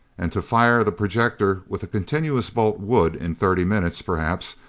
and to fire the projector with a continuous bolt would, in thirty minutes, perhaps,